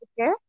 okay